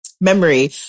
Memory